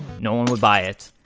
no one would buy it.